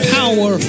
power